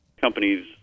companies